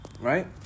right